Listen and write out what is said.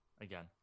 Again